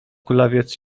kulawiec